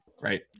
right